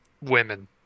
women